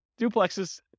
duplexes